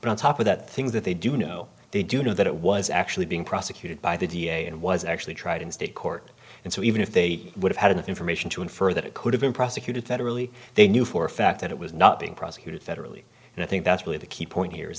but on top of that things that they do know they do know that it was actually being prosecuted by the d a and was actually tried in state court and so even if they would have had enough information to infer that it could have been prosecuted federally they knew for a fact that it was not being prosecuted federally and i think that's really the key point here is